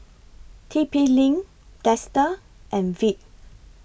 T P LINK Dester and Veet